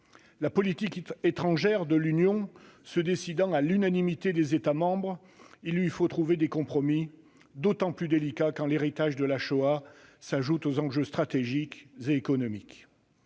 La politique étrangère de l'Union se décidant à l'unanimité des États membres, il lui faut trouver des compromis, d'autant plus délicats que l'héritage de la Shoah s'ajoute aux enjeux stratégiques et économiques.